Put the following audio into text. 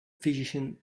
physician